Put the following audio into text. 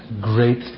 great